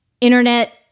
internet